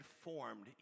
formed